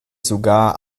sogar